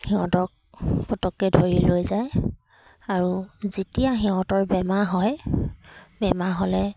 সিহঁতক পতককৈ ধৰি লৈ যায় আৰু যেতিয়া সিহঁতৰ বেমাৰ হয় বেমাৰ হ'লে